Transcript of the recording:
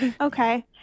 okay